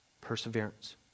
Perseverance